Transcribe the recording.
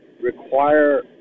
require